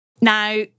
Now